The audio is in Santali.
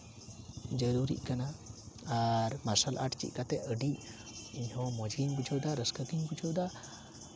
ᱡᱟᱹᱨᱩᱨᱤᱜ ᱠᱟᱱᱟ ᱟᱨ ᱢᱟᱨᱥᱟᱞ ᱟᱨᱴ ᱪᱮᱫ ᱠᱟᱛᱮᱜᱟᱹᱰᱤ ᱤᱧᱦᱚᱸ ᱢᱚᱡᱽ ᱜᱤᱧ ᱵᱩᱡᱷᱟᱹᱣᱫᱟ ᱨᱟᱹᱥᱡᱟᱹ ᱜᱮᱧ ᱵᱩᱡᱷᱟᱹᱣᱫᱟ